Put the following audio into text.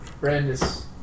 Brandis